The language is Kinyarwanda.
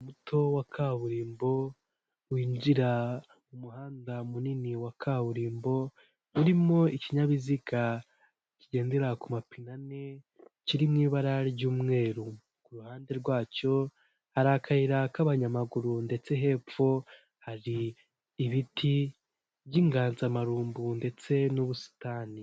Muto wa kaburimbo winjira mu muhanda munini wa kaburimbo urimo ikinyabiziga kigendera ku mapine ane kiri mu ibara ry'umweru, ku ruhande rwacyo hari akayira k'abanyamaguru ndetse hepfo hari ibiti by'inganzamarumbu ndetse n'ubusitani.